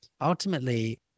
ultimately